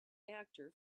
actor